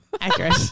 Accurate